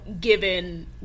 given